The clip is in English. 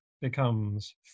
becomes